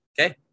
Okay